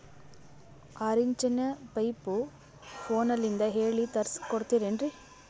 ಆರಿಂಚಿನ ಪೈಪು ಫೋನಲಿಂದ ಹೇಳಿ ತರ್ಸ ಕೊಡ್ತಿರೇನ್ರಿ?